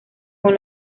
con